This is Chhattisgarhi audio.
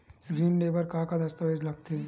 ऋण ले बर का का दस्तावेज लगथे?